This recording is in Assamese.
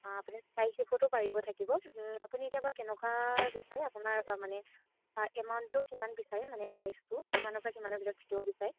আপুনি পাৰিব থাকিব আপুনি এতিয়া বা কেনেকুৱা বিচাৰে আপোনাৰ মানে এমাউণ্টটো কিমান বিচাৰে মানে প্ৰাইচটো কিমানৰ পৰা কিমানৰ ভিতৰত থাকিব বিচাৰে